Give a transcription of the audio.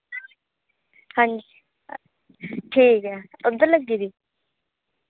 हां जी ठीक ऐ उद्धर लग्गी दी